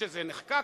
כשזה נחקק,